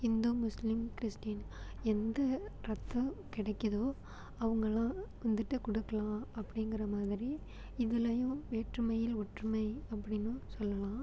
ஹிந்து முஸ்லீம் கிரிஸ்ட்டின் எந்த ரத்தம் கிடைக்குதோ அவங்களெலாம் வந்துட்டு கொடுக்குலாம் அப்படிங்கிற மாதிரி இதுலேயும் வேற்றுமையில் ஒற்றுமை அப்படின்னும் சொல்லலாம்